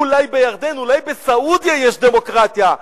אולי בירדן, אולי בסעודיה יש דמוקרטיה.